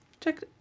check